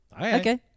Okay